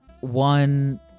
one